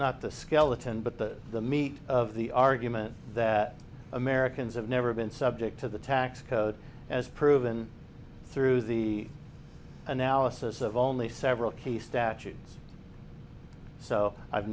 not the skeleton but the meat of the argument that americans have never been subject to the tax code as proven through the analysis of only several key statutes so i've